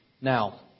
Now